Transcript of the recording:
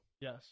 Yes